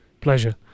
pleasure